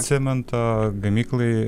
cemento gamyklai